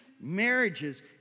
marriages